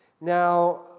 Now